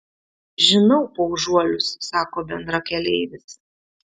žinau paužuolius sako bendrakeleivis